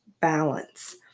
balance